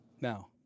Now